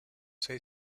say